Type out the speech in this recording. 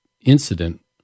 incident